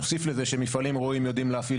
נוסיף לזה שמפעלים ראויים יודעים להפעיל